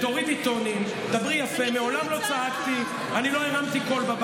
תודה רבה, תעשה מה שאתה רוצה.